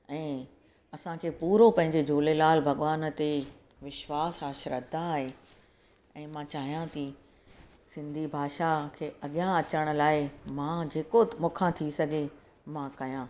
ऐं असांखे पूरो पंहिंजे झूलेलाल भॻवान ते विश्वासु आहे श्रद्धा आहे ऐं मां चाहियां थी सिंधी भाषा खे अॻियां अचण लाइ मां जेको मूं खां थी सघे मां कयां